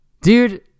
Dude